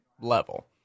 level